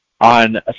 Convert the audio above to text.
On